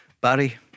Barry